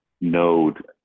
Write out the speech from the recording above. node